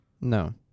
No